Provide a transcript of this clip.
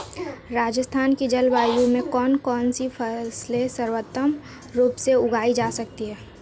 राजस्थान की जलवायु में कौन कौनसी फसलें सर्वोत्तम रूप से उगाई जा सकती हैं?